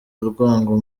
urwango